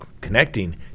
connecting